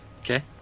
Okay